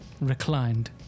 reclined